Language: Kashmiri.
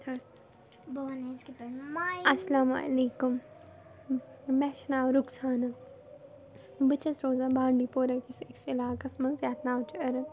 اَلسَلامُ علیکُم مےٚ چھُ ناو رُخسانا بہٕ چھَس روزان بانڈی پوٗراکِس أکِس علاقِس منٛز یَتھ ناو چھُ اَرن